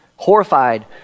Horrified